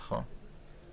נכון.